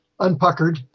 unpuckered